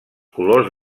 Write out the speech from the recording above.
colors